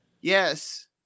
Yes